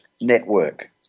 network